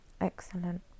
excellent